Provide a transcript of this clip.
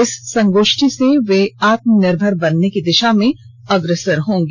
इस संगोष्ठी से वे आत्मनिर्भर बनने की दिशा में अग्रसर रहेंगी